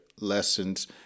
lessons